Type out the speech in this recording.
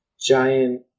giant